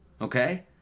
okay